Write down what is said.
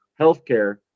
healthcare